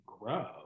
grow